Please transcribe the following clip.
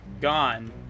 gone